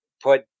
put